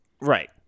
Right